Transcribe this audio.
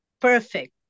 perfect